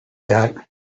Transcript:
got